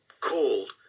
called